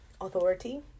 authority